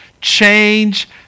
change